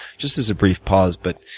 just as a brief pause. but